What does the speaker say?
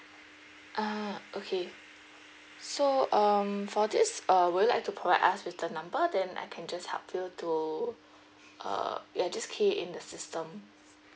ah okay so um for this uh would you like to provide us with the number then I can just help you to uh ya just key in the system